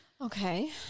Okay